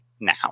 now